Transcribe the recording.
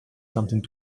something